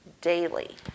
daily